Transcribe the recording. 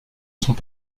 sont